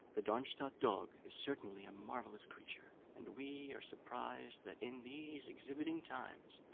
the darmstadt dog is certainly a marvellous creature, and we are surprised that, in these exhibiting times,